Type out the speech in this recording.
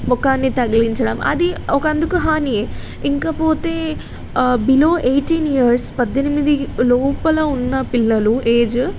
ముఖాన్ని తగిలించడం అది ఒకందుకు హాని ఇంకపోతే బిలో ఎయిటీన్ ఇయర్స్ పద్దెనిమిది లోపల ఉన్న పిల్లలు ఏజ్